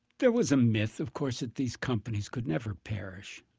there was a myth, of course, that these companies could never perish.